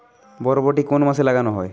বরবটি কোন মাসে লাগানো হয়?